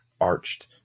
arched